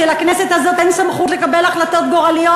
שלכנסת הזאת אין סמכות לקבל החלטות גורליות,